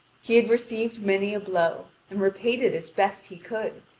he had received many a blow, and repaid it as best he could,